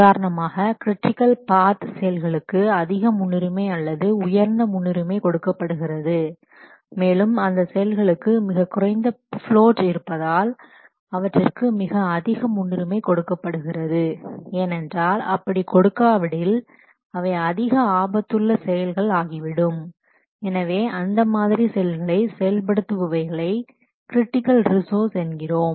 உதாரணமாக critical path செயல்களுக்கு அதிக முன்னுரிமை அல்லது உயர்ந்த முன்னுரிமை கொடுக்கப்படுகிறது மேலும் அந்த செயல்களுக்கு மிகக்குறைந்த பிளோட் இருப்பதால் அவற்றிற்கு மிக அதிக முன்னுரிமை கொடுக்கப்படுகிறது ஏனென்றால் அப்படி கொடுக்காவிடில் அவை அதிக ஆபத்துள்ள செயல் ஆகிவிடும் எனவே அந்த மாதிரி செயல்களை செயல்படுத்துபவைகளை கிரிட்டிக்கல் ரிசோர்சஸ் என்கிறோம்